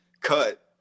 cut